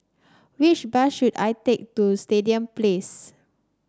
which bus should I take to Stadium Place